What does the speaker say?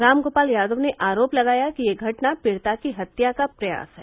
रामगोपाल यादव ने आरोप लगाया कि यह घटना पीडिता की हत्या का प्रयास है